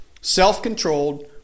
Self-controlled